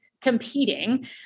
competing